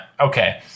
Okay